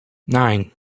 nine